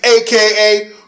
aka